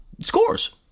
scores